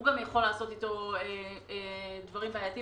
הוא גם יכול לעשות איתו דברים בעייתיים.